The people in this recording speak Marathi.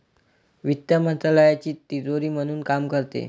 वित्त मंत्रालयाची तिजोरी म्हणून काम करते